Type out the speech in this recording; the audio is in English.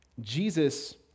Jesus